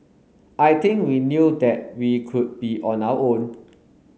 I think we knew that we could be on our own